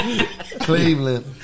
Cleveland